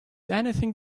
anything